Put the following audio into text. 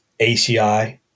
ACI